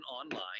online